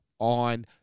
on